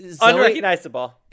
unrecognizable